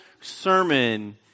sermon